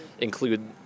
include